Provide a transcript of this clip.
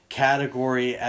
category